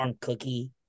cookie